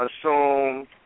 assume